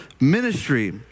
ministry